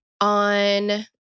On